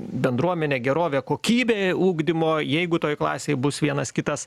bendruomenė gerovė kokybė ugdymo jeigu toj klasėj bus vienas kitas